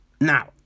Now